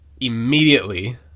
immediately